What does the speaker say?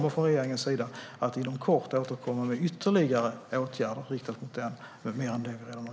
Regeringen kommer inom kort att återkomma med ytterligare åtgärder mot detta.